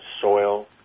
soil